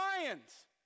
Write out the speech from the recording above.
lions